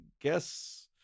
guess